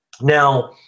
Now